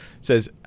says